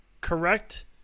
correct